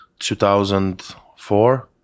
2004